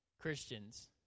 Christians